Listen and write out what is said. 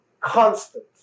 constant